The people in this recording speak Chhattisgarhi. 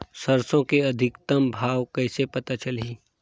सरसो के अधिकतम भाव कइसे पता चलही?